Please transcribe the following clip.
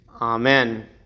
Amen